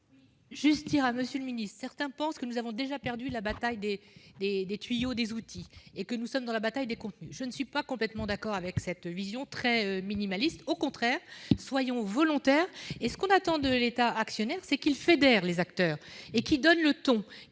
Morin-Desailly, pour la réplique. Certains pensent que nous avons déjà perdu la bataille des tuyaux et des outils, et que nous sommes maintenant dans la bataille des contenus. Je ne suis pas complètement d'accord avec cette vision minimaliste ; au contraire, soyons volontaires. Ce que l'on attend de l'État actionnaire, c'est qu'il fédère les acteurs et qu'il donne le ton,